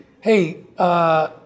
hey